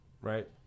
Right